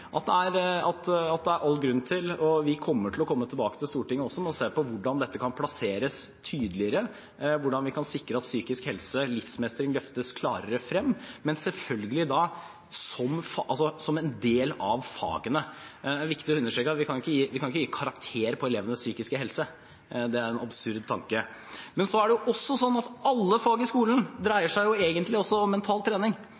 det er all grunn til – og vi kommer til å komme tilbake til Stortinget med det også – å se på hvordan dette kan plasseres tydeligere, hvordan vi kan sikre at psykisk helse, livsmestring, løftes klarere frem, men selvfølgelig da som en del av fagene. Det er viktig å understreke at vi kan ikke gi karakter på elevenes psykiske helse, det er en absurd tanke. Men så er det også sånn at alle fag i skolen egentlig dreier seg om mental trening.